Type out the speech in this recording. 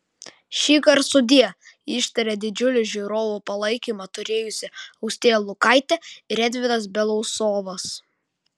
šįkart sudie ištarė didžiulį žiūrovų palaikymą turėjusi austėja lukaitė ir edvinas belousovas